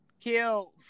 kill